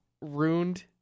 ruined